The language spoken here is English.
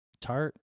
tart